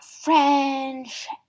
French